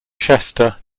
chester